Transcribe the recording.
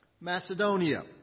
Macedonia